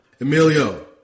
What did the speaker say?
Emilio